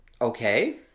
okay